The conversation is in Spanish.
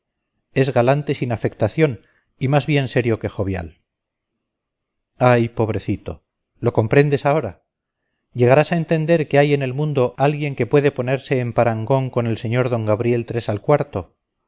es galante sin afectación y más bien serio que jovial ay pobrecito lo comprendes ahora llegarás a entender que hay en el mundo alguien que puede ponerse en parangón con el sr d gabriel